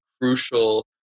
Crucial